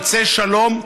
יצא שלום,